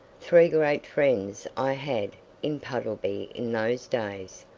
three great friends i had in puddleby in those days.